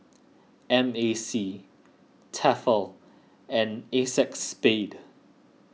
M A C Tefal and Acexspade